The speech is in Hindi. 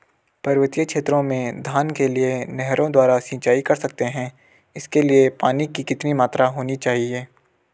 पर्वतीय क्षेत्रों में धान के लिए नहरों द्वारा सिंचाई कर सकते हैं इसके लिए पानी की कितनी मात्रा होनी चाहिए?